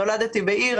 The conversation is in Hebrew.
נולדתי בעיר,